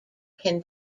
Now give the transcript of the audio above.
can